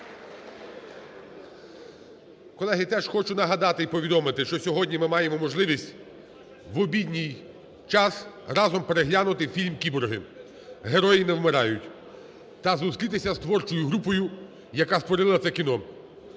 Колеги, теж хочу нагадати і повідомити, що сьогодні ми маємо можливість в обідній час разом переглянути фільм "Кіборги. Герої не вмирають" та зустрітися з творчою групою, яка створила це кіно.